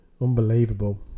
Unbelievable